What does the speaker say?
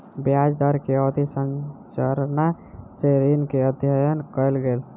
ब्याज दर के अवधि संरचना सॅ ऋण के अध्ययन कयल गेल